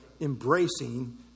embracing